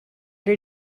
did